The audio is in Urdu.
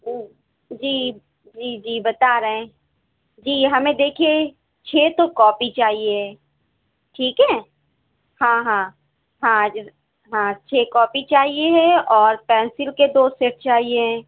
جی جی جی بتا رہے ہیں جی ہمیں دیکھیے چھ تو کاپی چاہیے ہے ٹھیک ہے ہاں ہاں ہاں ہاں چھ کاپی چاہیے ہے اور پینسل کے دو سیٹ چاہیے ہیں